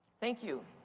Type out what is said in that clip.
thank you.